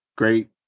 Great